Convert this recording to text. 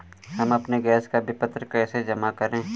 हम अपने गैस का विपत्र कैसे जमा करें?